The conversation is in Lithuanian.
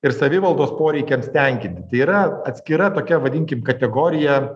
ir savivaldos poreikiams tenkinti yra atskira tokia vadinkim kategorija